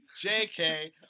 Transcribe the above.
JK